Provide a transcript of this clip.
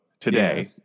today